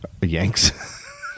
yanks